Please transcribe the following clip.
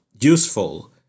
useful